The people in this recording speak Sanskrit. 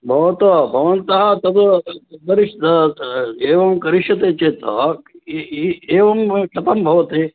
भवतु भवन्तः तद् करिष् एवं करिष्यते चेत् एवं कथं भवति